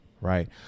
right